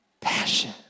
passion